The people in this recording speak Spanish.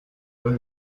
los